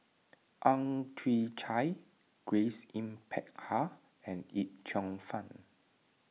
Ang Chwee Chai Grace Yin Peck Ha and Yip Cheong Fun